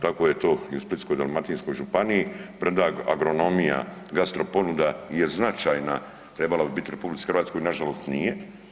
Tako je to i u Splitsko-dalmatinskoj županiji, premda agronomija, gastro ponuda je značajna, trebala bi biti u RH, nažalost nije.